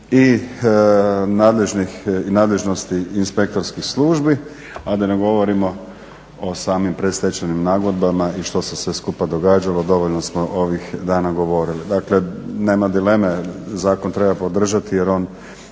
i nadležnosti inspektorskih službi, a da ne govorimo o samim predstečajnim nagodbama i što se sve skupa događalo, dovoljno smo ovih dana govorili. Dakle nema dileme, zakon treba podržati jer on